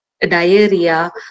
diarrhea